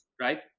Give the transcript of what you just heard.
right